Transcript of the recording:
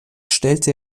stellte